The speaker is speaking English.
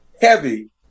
heavy